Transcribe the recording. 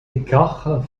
écart